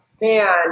man